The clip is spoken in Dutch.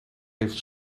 heeft